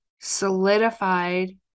solidified